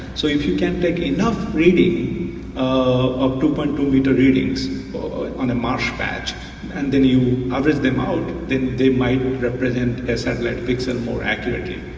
so if you can take enough reading of two point two meter readings on a marsh patch and then you harvest them out, then they might represent a satellite pixel more accurately.